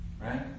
Right